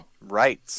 Right